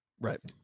Right